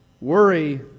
Worry